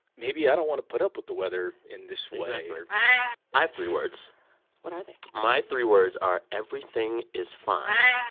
maybe i don't want to put up with the weather in this way exactly. i have three words what are they? my three words are, everything is fine.